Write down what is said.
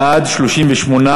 (הארכת תוקף), התשע"ג